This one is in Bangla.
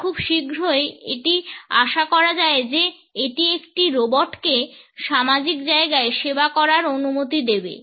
আর খুব শীঘ্রই এটি আশা করা যায় যে এটি একটি রোবটকে সামাজিক জায়গায় সেবা করার অনুমতি দেবে